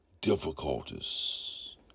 difficulties